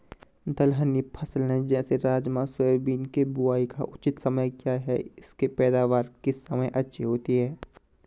दलहनी फसलें जैसे राजमा सोयाबीन के बुआई का उचित समय क्या है इसकी पैदावार किस समय अच्छी होती है?